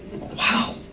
wow